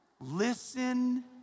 Listen